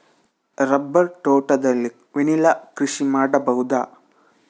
Rubber ತೋಟದಲ್ಲಿ vanilla ಕೃಷಿ ಮಾಡಬಹುದಾ?